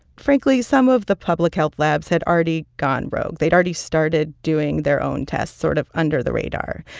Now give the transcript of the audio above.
frankly, some of the public health labs had already gone rogue. they'd already started doing their own tests sort of under the radar.